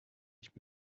ich